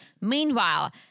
Meanwhile